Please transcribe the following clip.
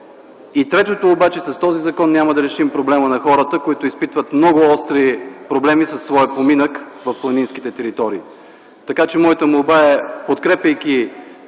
Третото, с този закон няма да решим проблема на хората, които изпитват много остри проблеми със своя поминък в планинските територии. Моята молба е, подкрепяйки